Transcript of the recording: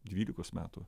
dvylikos metų